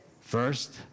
First